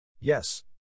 Yes